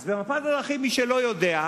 אז במפת הדרכים, מי שלא יודע,